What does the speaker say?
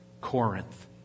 Corinth